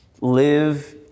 live